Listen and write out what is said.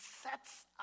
sets